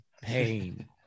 pain